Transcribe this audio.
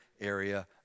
area